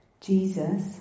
Jesus